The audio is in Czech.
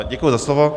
Děkuji za slovo.